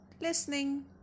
listening